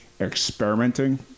experimenting